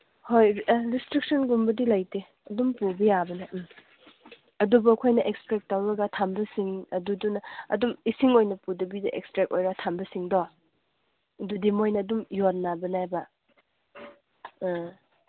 ꯍꯣꯏ ꯔꯦꯁꯇ꯭ꯔꯤꯛꯁꯟꯒꯨꯝꯕꯗꯤ ꯂꯩꯇꯦ ꯑꯗꯨꯝ ꯄꯨꯕ ꯌꯥꯕꯅꯦ ꯎꯝ ꯑꯗꯨꯕꯨ ꯑꯩꯈꯣꯏꯅ ꯑꯦꯛꯁꯇ꯭ꯔꯦꯛ ꯇꯧꯔꯒ ꯊꯝꯕꯁꯤꯡ ꯑꯗꯨꯗꯨꯅ ꯑꯗꯨꯝ ꯏꯁꯤꯡ ꯑꯣꯏꯅ ꯄꯨꯗꯕꯤꯗ ꯑꯦꯛꯁꯇ꯭ꯔꯦꯛ ꯑꯣꯏꯅ ꯊꯝꯕꯁꯤꯡꯗꯣ ꯑꯗꯨꯗꯤ ꯃꯣꯏꯅ ꯑꯗꯨꯝ ꯌꯣꯟꯅꯕꯅꯦꯕ ꯑ